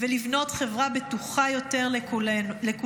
ולבנות חברה בטוחה יותר לכולנו.